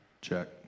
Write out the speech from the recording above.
Check